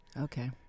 Okay